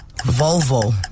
Volvo